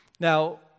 Now